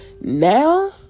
Now